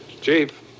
Chief